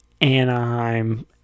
Anaheim